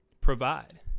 provide